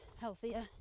healthier